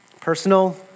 Personal